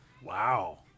Wow